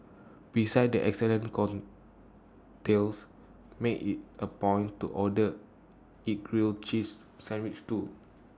besides its excellent cocktails make IT A point to order its grilled cheese sandwich too